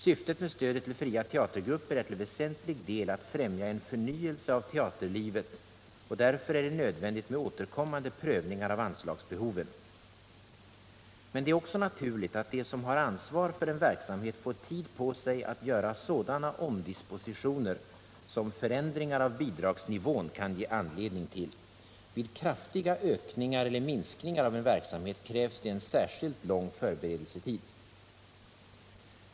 Syftet med stödet till fria teatergrupper är till väsentlig del att främja en förnyelse av teaterlivet, och därför är det nödvändigt med återkommande prövningar av anslagsbehoven. Men det är också naturligt att de som har ansvar för en verksamhet får tid på sig att göra sådana omdispositioner som förändringar av bidragsnivån kan ge anledning till. Vid kraftiga ökningar eller minskningar av en verksamhet krävs det en särskilt lång förberedelsetid.